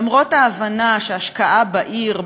למרות ההבנה שהשקעה בעיר,